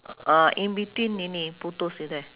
ah in between ini putus gitu eh